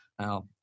Now